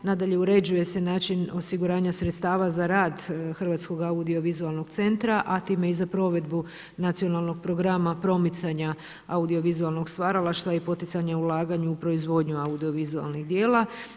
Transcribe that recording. Nadalje, uređuje se način osiguranja sredstava za rad Hrvatskog audio-vizualnog centra a time i za provedbu nacionalnog programa promicanja audio-vizualnog stvaralaštva i poticanje u ulaganju proizvodnju audio-vizualnih djela.